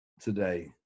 today